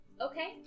Okay